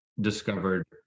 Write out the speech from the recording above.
discovered